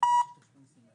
שמי שרית פרסי מרשות המסים.